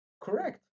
Correct